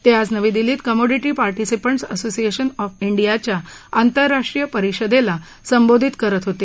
ते आज नवी दिल्लीत कमोडिटी पाटिसिपंट्रस असोसिएशन ऑफ इंडियाच्या आंतरराष्ट्रीय परिषदेला संबोधित करत होते